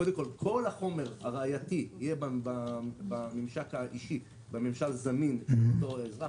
כל החומר הראייתי יהיה בממשק האישי בממשל זמין של אותו אזרח,